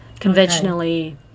conventionally